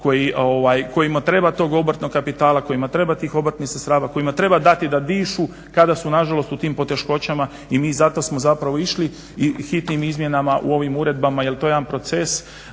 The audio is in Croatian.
kojima treba tog obrtnog kapitala, kojima treba tih obrtnih sredstava, kojima treba dati da dišu kada su nažalost u tim poteškoćama i mi zato smo zapravo išli i hitnim izmjenama u ovim uredbama jer to je jedan proces